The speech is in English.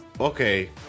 okay